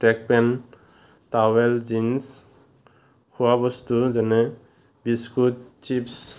track pant towel jeans খোৱাবস্তু যেনে biscuit chips